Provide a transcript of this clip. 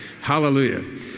Hallelujah